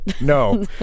no